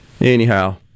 Anyhow